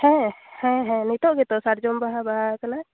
ᱦᱮᱸ ᱦᱮᱸ ᱦᱮᱸ ᱱᱤᱛᱳᱜ ᱜᱮᱛᱳ ᱥᱟᱨᱡᱚᱢ ᱵᱟᱦᱟ ᱵᱟᱦᱟ ᱟᱠᱟᱱᱟ